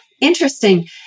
interesting